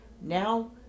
now